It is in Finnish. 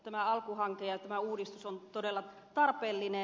tämä alku hanke ja tämä uudistus on todella tarpeellinen